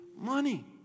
money